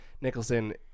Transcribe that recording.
Nicholson